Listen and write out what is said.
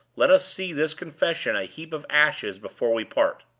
let us see this confession a heap of ashes before we part!